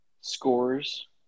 scores